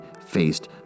faced